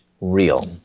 real